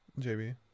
JB